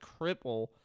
cripple